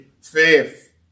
faith